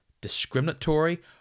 discriminatory